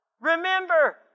Remember